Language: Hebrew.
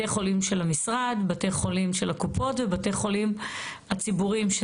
לבית החולים, זה